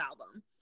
album